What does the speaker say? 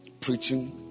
preaching